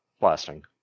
blasting